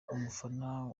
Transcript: umufana